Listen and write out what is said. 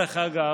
דרך אגב,